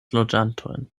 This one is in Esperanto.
loĝantojn